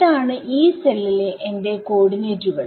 ഇതാണ് Yee സെല്ലിലെഎന്റെ കോഓർഡിനേറ്റുകൾ